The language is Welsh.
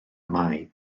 mae